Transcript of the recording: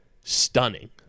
stunning